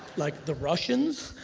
like, the russians?